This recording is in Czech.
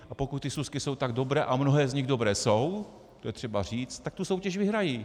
A pokud ty súsky jsou tak dobré, a mnohé z nich dobré jsou, to je třeba říct, tak tu soutěž vyhrají.